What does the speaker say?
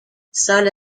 سال